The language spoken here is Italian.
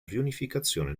riunificazione